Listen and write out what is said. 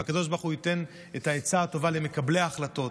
והקדוש ברוך הוא ייתן את העצה הטובה למקבלי ההחלטות,